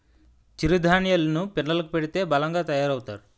చిరు ధాన్యేలు ను పిల్లలకు పెడితే బలంగా తయారవుతారు